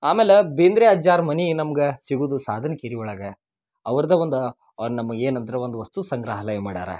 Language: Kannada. ಆಮೇಲೆ ಬೇಂದ್ರೆ ಅಜ್ಜಾರ ಮನೆ ನಮ್ಗೆ ಸಿಗುದು ಸಾಧನ್ಕೇರಿ ಒಳಗೆ ಅವರ್ದ ಒಂದು ಅವ್ರು ನಮಗೇನಂದ್ರೆ ಒಂದು ವಸ್ತು ಸಂಗ್ರಹಾಲಯ ಮಾಡ್ಯಾರ